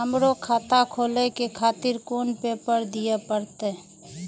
हमरो खाता खोले के खातिर कोन पेपर दीये परतें?